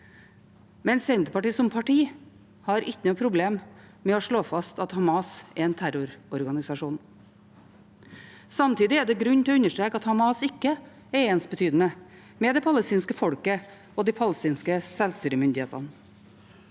men Senterpartiet som parti har ikke noe problem med å slå fast at Hamas er en terrororganisasjon. Samtidig er det grunn til å understreke at Hamas ikke er ensbetydende med det palestinske folket og de palestinske sjølstyremyndighetene.